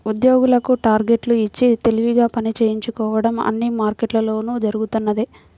ఉద్యోగులకు టార్గెట్లు ఇచ్చి తెలివిగా పని చేయించుకోవడం అన్ని మార్కెట్లలోనూ జరుగుతున్నదే